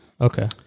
Okay